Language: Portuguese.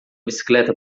bicicleta